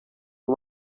and